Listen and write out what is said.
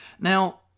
Now